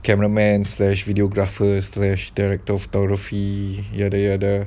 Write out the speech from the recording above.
cameraman slash videographer slash director or photography yada yada